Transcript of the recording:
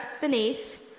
beneath